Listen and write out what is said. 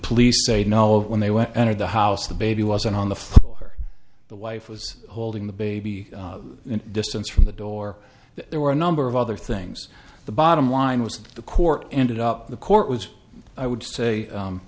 police say no when they went entered the house the baby was on the floor the wife was holding the baby in distance from the door there were a number of other things the bottom line was the court ended up the court was i would say